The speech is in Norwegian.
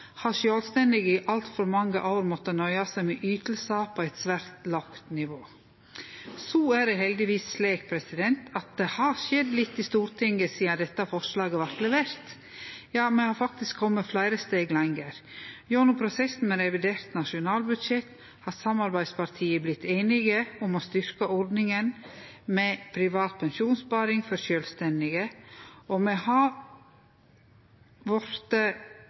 har sjølvstendige i altfor mange år måtta nøye seg med ytingar på eit svært lågt nivå. Så er det heldigvis slik at det har skjedd litt i Stortinget sidan dette forslaget vart levert – me har faktisk kome fleire steg lenger. Gjennom prosessen med revidert nasjonalbudsjett har samarbeidspartia vorte einige om å styrkje ordninga med privat pensjonssparing for sjølvstendige, og me har